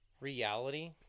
Reality